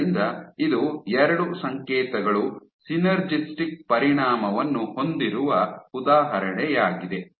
ಆದ್ದರಿಂದ ಇದು ಎರಡು ಸಂಕೇತಗಳು ಸಿನರ್ಜಿಸ್ಟಿಕ್ ಪರಿಣಾಮವನ್ನು ಹೊಂದಿರುವ ಉದಾಹರಣೆಯಾಗಿದೆ